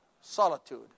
Solitude